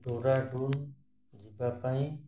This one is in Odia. ଡେରାଡ଼ୁନ୍ ଯିବା ପାଇଁ